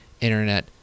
internet